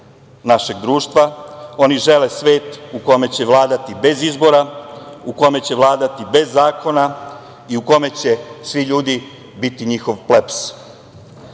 našeg društva. Oni žele svet u kome će vladati bez izbora, u kome će vladati bez zakona i u kome će svi ljudi biti njihov